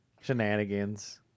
shenanigans